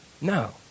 No